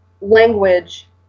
language